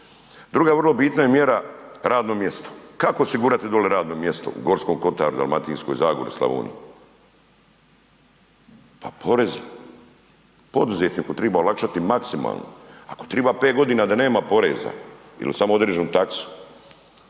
Druga vrlo bitna je mjera radno mjesto. Kako osigurati doli radno mjesto u Gorskom kotaru, Dalmatinskoj zagori, Slavoniji? Pa porezi, poduzetniku triba olakšati maksimalno, ako triba 5 godina da nema poreza il samo određenu taksu,